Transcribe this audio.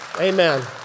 Amen